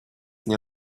nie